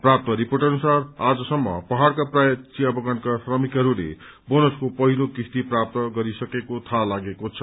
प्राप्त रिपोर्ट अनुसार आजसम्म पहाड़का प्रायः चिया बगानका श्रमिकहरूले बोनसको पहिलो किस्ती प्राप्त गरिसकेको थाहा लागेको छ